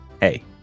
hey